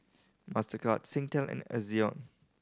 Mastercard Singtel and Ezion